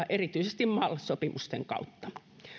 erityisesti mal sopimusten kautta